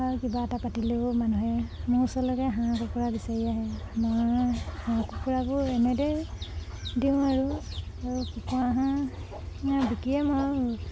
কিবা এটা পাতিলেও মানুহে মোৰ ওচৰলৈকে হাঁহ কুকুৰা বিচাৰি আহে মই হাঁহ কুকুৰাবোৰ এনেদৰে দিওঁ আৰু কুকুৰা হাঁহ বিকিয়ে মই